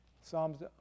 Psalms